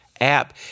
app